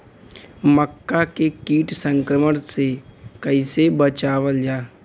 मक्का के कीट संक्रमण से कइसे बचावल जा?